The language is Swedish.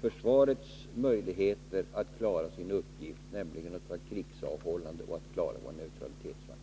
försvarets möjligheter att klara sin uppgift, nämligen att vara krigsavhållande och att skydda vår neutralitet.